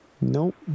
Nope